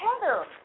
heather